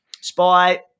Spy